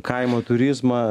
kaimo turizmą